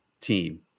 team